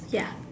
ya